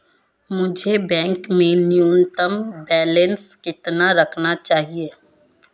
मुझे बैंक में न्यूनतम बैलेंस कितना रखना चाहिए?